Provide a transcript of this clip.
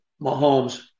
Mahomes